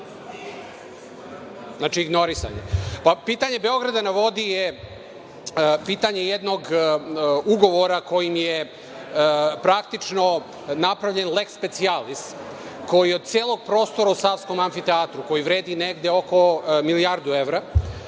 Znači, ignorisanje. Pitanje „Beograda na vodi“ je pitanje jednog ugovora kojim je napravljen praktično lek specijalis, koji od celog prostora u Savskom amfiteatru, koji vredi negde oko milijardu evra,